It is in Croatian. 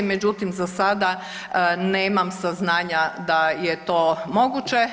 Međutim, za sada nemam saznanja da je to moguće.